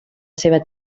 seva